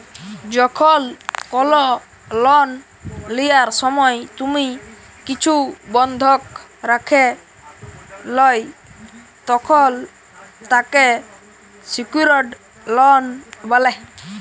যখল কল লন লিয়ার সময় তুমি কিছু বনধক রাখে ল্যয় তখল তাকে স্যিক্যুরড লন বলে